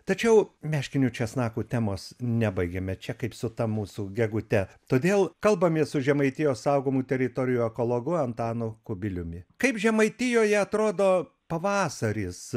tačiau meškinių česnakų temos nebaigėme čia kaip su ta mūsų gegute todėl kalbamės su žemaitijos saugomų teritorijų ekologu antanu kubiliumi kaip žemaitijoje atrodo pavasaris